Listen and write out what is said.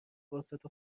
فرصت